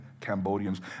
Cambodians